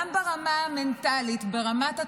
גם ברמה המנטלית, ברמת התחושה,